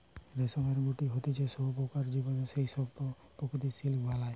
রেশমের গুটি হতিছে শুঁয়োপোকার জীবনের সেই স্তুপ যে প্রকৃত সিল্ক বানায়